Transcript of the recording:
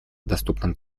доступным